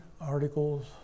articles